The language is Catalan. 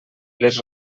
les